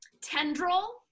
tendril